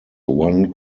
one